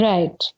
Right